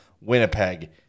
Winnipeg